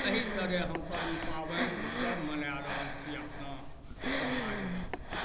एहि तरहे हमसब ई पाबनि सब मनाए रहल छी अपना समाजमे